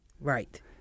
Right